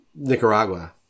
Nicaragua